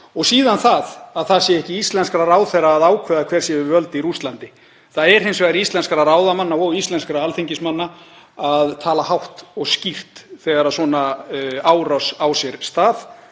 Og síðan það að það sé ekki íslenskra ráðherra að ákveða hver sé við völd í Rússlandi. Það er hins vegar íslenskra ráðamanna og íslenskra alþingismanna að tala hátt og skýrt þegar svona árás á sér stað.